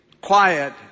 quiet